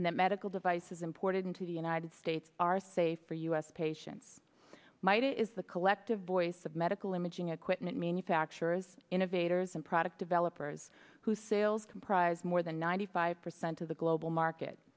and that medical devices imported into the united states are safe for us patients might it is the collective voice of medical imaging equipment manufacturers innovators and product developers who sales comprise more than ninety five percent of the global market